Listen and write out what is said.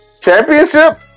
championship